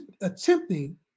attempting